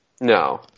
No